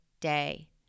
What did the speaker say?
day